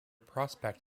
prospect